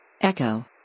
Echo